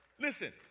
Listen